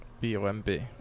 B-O-M-B